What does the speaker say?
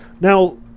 Now